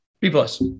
B-plus